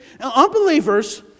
Unbelievers